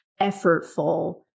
effortful